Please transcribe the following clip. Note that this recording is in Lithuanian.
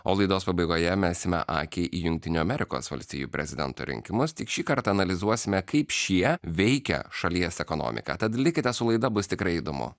o laidos pabaigoje mesime akį į jungtinių amerikos valstijų prezidento rinkimus tik šįkart analizuosime kaip šie veikia šalies ekonomiką tad likite su laida bus tikrai įdomu